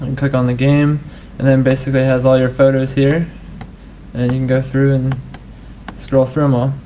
and click on the game and then basically it has all your photos here and you can go through and scroll through them all.